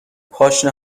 پاشنه